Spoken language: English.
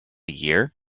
year